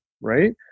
right